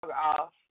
off